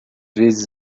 vezes